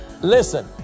Listen